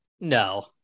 No